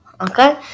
Okay